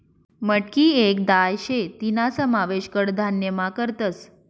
मटकी येक दाय शे तीना समावेश कडधान्यमा करतस